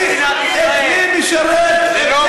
אדוני ימשיך.